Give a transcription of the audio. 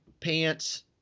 pants